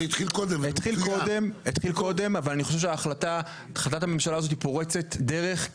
זה התחיל קודם אבל אני חושב שהחלטת הממשלה הזאת פורצת דרך,